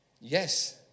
Yes